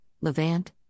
Levant